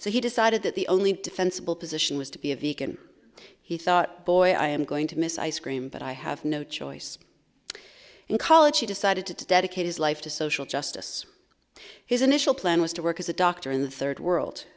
so he decided that the only defensible position was to be a vacant he thought boy i am going to miss ice cream but i have no choice in college he decided to dedicate his life to social justice his initial plan was to work as a doctor in the third world